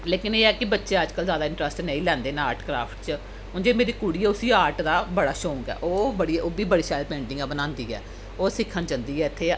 लेकन एह् है कि बच्चे अजकल्ल जैदा इंटरैस्ट नेईं लैंदे न आर्ट क्राफ्ट च हून जि'यां मेरी कुड़ी ऐ उस्सी आर्ट दा बड़ा शौंक ऐ ओह् बड़ी ओह् बी बड़ी शैल पेंटिंगां बनांदी ऐ ओह् सिक्खन जंदी ऐ इत्थै